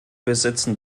besitzen